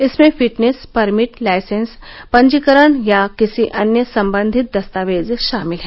इसमें fitness permit licence पंजीकरण या किसी अन्य संबंधी दस्तावेज शामिल हैं